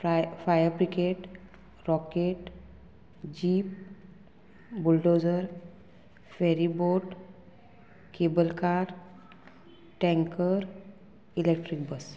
fry fire brigade rocket jeep bulldozer ferryboat cable car tanker electric bus